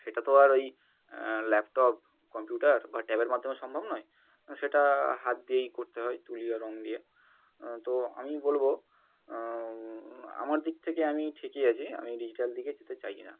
সেটা তো আর ওই ল্যাপটপ কম্পিউটার বা ট্যাবের মাধ্যমে সম্ভব নয় সেটা হাত দিয়েই করতে হয় তুলি আর রং দিয়ে তো আমি বলবো আমার দিক থেকে আমি ঠিকই আছি আমি ডিজিট্যাল দিকে যেতে চাই না